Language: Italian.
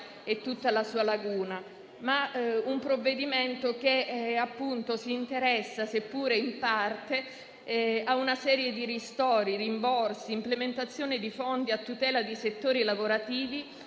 e tutta la sua laguna, ma si interessano anche, seppure in parte, a una serie di ristori, rimborsi, implementazione di fondi a tutela di settori lavorativi